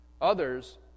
Others